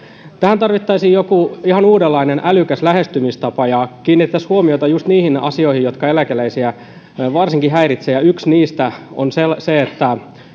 tähän tarvittaisiin joku ihan uudenlainen älykäs lähestymistapa jossa kiinnitettäisiin huomiota just niihin asioihin jotka eläkeläisiä varsinkin häiritsevät ja yksi niistä on se että